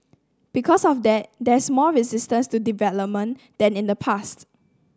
because of that there's more resistance to development than in the past